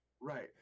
Right